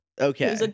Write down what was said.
Okay